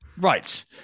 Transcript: Right